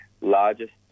largest